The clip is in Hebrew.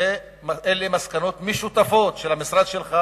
אלה מסקנות משותפות של המשרד שלך